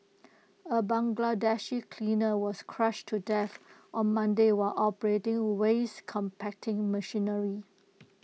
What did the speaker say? A Bangladeshi cleaner was crushed to death on Monday while operating waste compacting machinery